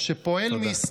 תודה.